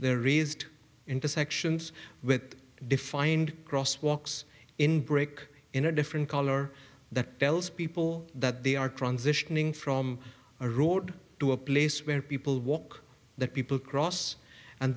there raised intersections with defined cross walks in brick in a different color that tells people that they are transitioning from a road to a place where people walk that people cross and